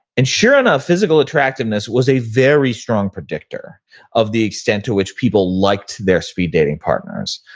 and sure enough physical attractiveness was a very strong predictor of the extent to which people liked their speed dating partners.